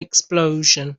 explosion